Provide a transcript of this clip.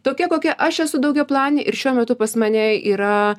tokia kokia aš esu daugiaplanė ir šiuo metu pas mane yra